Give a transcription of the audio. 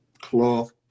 cloth